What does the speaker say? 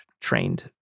trained